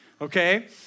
okay